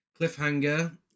Cliffhanger